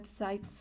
websites